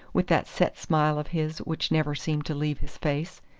with that set smile of his which never seemed to leave his face.